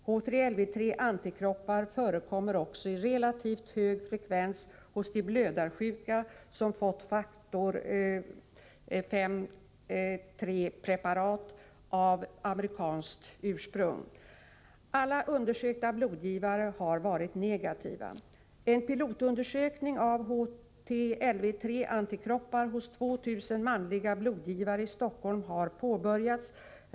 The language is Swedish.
HTLV III-antikroppar förekommer också i relativt hög frekvens hos de blödarsjuka som fått faktor VIII-preparat av amerikanskt ursprung. Alla undersökta blodgivare har varit negativa. En pilotundersökning av HTLV III-antikroppar hos 2 000 manliga blodgivare i Stockholm har påbörjats.